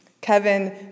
Kevin